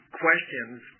questions